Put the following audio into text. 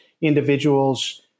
individuals